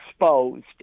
exposed